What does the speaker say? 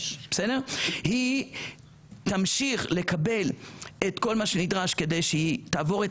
היא תמשיך לקבל את כל מה שנדרש כדי שהיא תעבור את